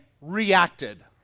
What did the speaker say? reacted